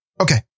Okay